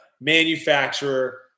manufacturer